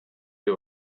you